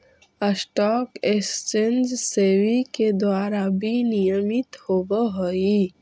stock exchange SEBI के द्वारा विनियमित होवऽ हइ